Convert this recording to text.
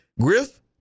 Griff